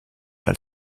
als